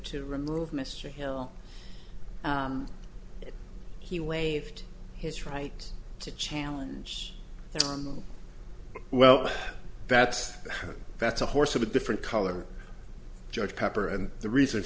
to remove mr hill he waived his right to challenge well that's that's a horse of a different color judge pepper and the reason